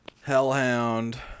Hellhound